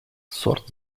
сорт